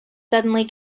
suddenly